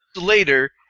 later